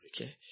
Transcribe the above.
Okay